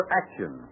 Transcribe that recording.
action